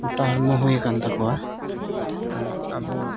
ᱢᱚᱴᱟ ᱦᱚᱲᱢᱚ ᱦᱩᱭ ᱠᱟᱱ ᱛᱟᱠᱚᱣᱟ ᱟᱨ ᱟᱵᱚ